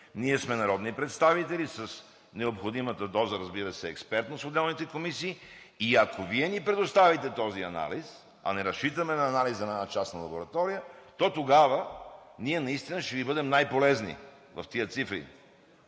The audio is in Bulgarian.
ние сме народни представители с необходимата доза, разбира се, експертност в отделните комисии и ако Вие ни предоставите този анализ, а не разчитаме на анализа на една частна лаборатория, то тогава наистина ще Ви бъдем най-полезни с тези цифри.